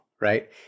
right